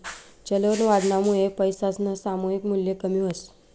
चलनवाढनामुये पैसासनं सामायिक मूल्य कमी व्हस